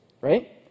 right